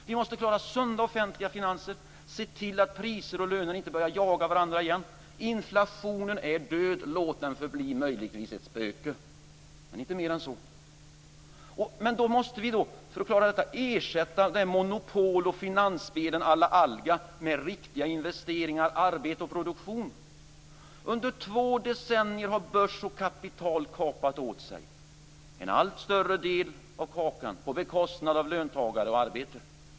Vi måste klara sunda offentliga finanser och se till att priser och löner inte börjar att jaga varandra igen. Inflationen är död, låt den förbli ett spöke, men inte mer än så. För att detta ska klaras måste man ersätta monopol och finansspelen à la Alga med riktiga investeringar, arbete och produktion. Under två decennier har börs och kapital kapat åt sig en allt större del av kakan på bekostnad av löntagare och arbete.